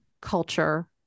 culture